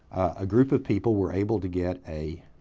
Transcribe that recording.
a group of people were able to get a